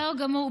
בסדר גמור.